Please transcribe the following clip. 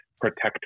protect